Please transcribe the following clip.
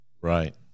Right